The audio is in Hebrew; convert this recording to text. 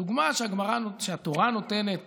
הדוגמה שהתורה נותנת